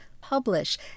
publish